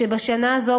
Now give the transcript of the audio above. שבשנה הזאת,